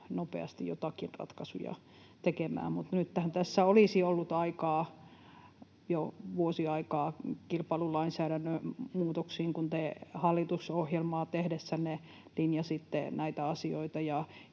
nopeasti joitakin ratkaisuja tekemään. Mutta nythän tässä olisi ollut jo vuosi aikaa kilpailulainsäädännön muutoksiin, kun te hallitusohjelmaa tehdessänne linjasitte näitä asioita